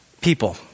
people